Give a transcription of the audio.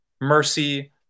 mercy